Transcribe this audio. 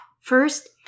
First